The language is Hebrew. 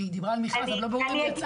כי היא דיברה על מרכז אבל לא ברור אם יצא.